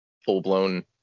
full-blown